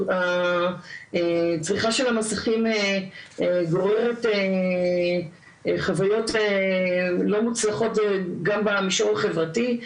הצריכה של המסכים גורמת לחוויות לא מוצלחות גם במישור החברתי,